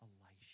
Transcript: Elisha